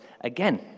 again